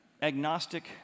agnostic